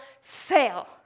fail